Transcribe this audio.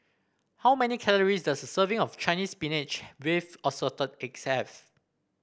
how many calories does a serving of Chinese Spinach with Assorted Eggs have